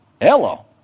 Hello